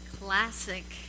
classic